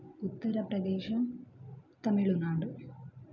Uttara Pradesh Tamil Nadu